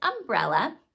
umbrella